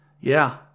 Yeah